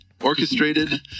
Orchestrated